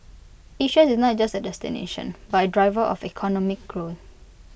Asia is not just A destination but A driver of economic grown